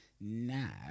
Now